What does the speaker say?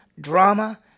drama